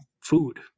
food